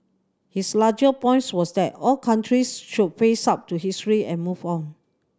his larger points was that all countries should face up to history and move on